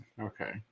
Okay